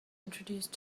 introduce